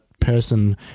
person